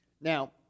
Now